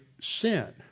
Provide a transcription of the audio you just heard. sin